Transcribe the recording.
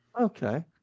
Okay